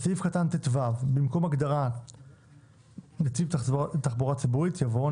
בסעיף קטן (טו) במקום ההגדרה "נתיב תחבורה ציבורית" יבוא: